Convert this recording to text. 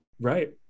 Right